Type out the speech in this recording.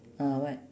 ah what